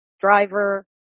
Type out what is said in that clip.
driver